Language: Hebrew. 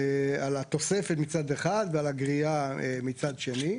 על התוספת מצד אחד ועל הגריעה מצד שני,